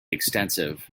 extensive